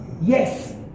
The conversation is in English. Yes